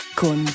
con